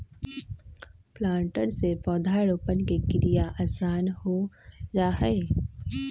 planter से पौधरोपण के क्रिया आसान हो जा हई